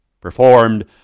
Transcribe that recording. performed